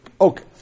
Okay